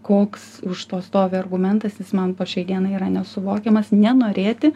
koks už to stovi argumentas jis man po šiai dienai yra nesuvokiamas nenorėti